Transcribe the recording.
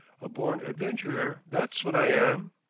a born adventurer that's what i am.